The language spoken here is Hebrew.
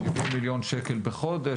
70 מיליון שקל בחודש,